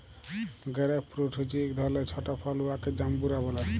grape fruit হছে ইক ধরলের ছট ফল উয়াকে জাম্বুরা ব্যলে